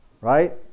right